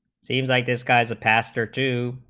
scenes like this guy's a pastor two